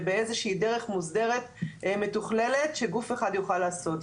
ובאיזושהי דרך מוסדרת מתוכללת שגוף אחד יוכל לעשות.